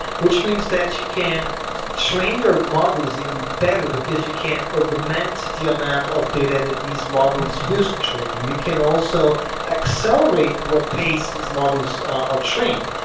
which means that you can train your models even better because you can augment the amount of data that these models used for training. you can also accelerate at what pace these models are trained.